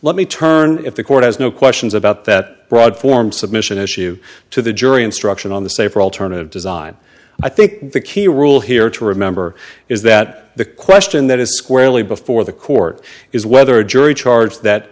let me turn if the court has no questions about that broad form submission issue to the jury instruction on the safer alternative design i think the key rule here to remember is that the question that is squarely before the court is whether a jury charge that